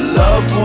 love